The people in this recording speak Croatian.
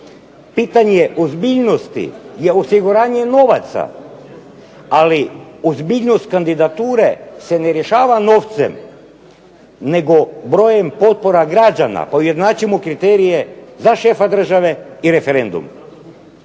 Pitanje je ozbiljnosti je osiguranje i novaca, ali ozbiljnost kandidature se ne rješava novcem nego brojem potpora građana pa ujednačimo kriterije za šefa države i referendum.